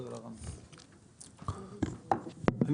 בבקשה.